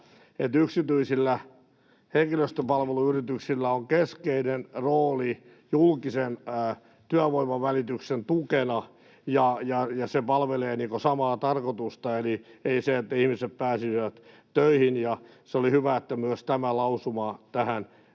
että yksityisillä henkilöstöpalveluyrityksillä on keskeinen rooli julkisen työvoiman välityksen tukena ja se palvelee samaa tarkoitusta eli sitä, että ihmiset pääsisivät töihin. Oli hyvä, että myös tämä lausuma tähän liitettiin.